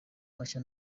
mashya